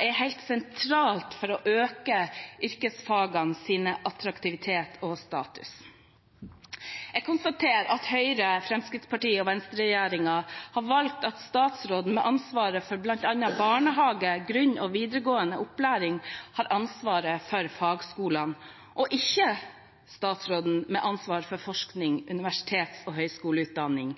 er helt sentralt for å øke yrkesfagenes attraktivitet og status. Jeg konstaterer at Høyre–Fremskrittsparti–Venstre-regjeringen har valgt at statsråden med ansvaret for bl.a. barnehager, grunn- og videregående opplæring skal ha ansvaret for fagskolene, og ikke statsråden med ansvaret for forskning og universitets- og høyskoleutdanningene.